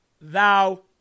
thou